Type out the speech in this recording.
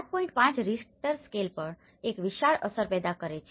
5 Richter scale પણ એક વિશાળ અસર પેદા કરે છે